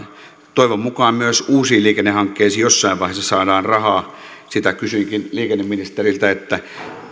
toivon mukaan myös uusiin liikennehankkeisiin jossain vaiheessa saadaan rahaa sitä kysyinkin liikenneministeriltä että